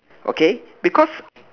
okay because